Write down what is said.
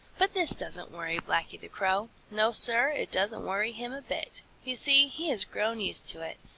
but this doesn't worry blacky the crow. no, sir, it doesn't worry him a bit. you see he has grown used to it.